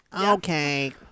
okay